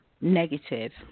negative